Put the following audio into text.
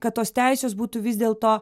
kad tos teisės būtų vis dėlto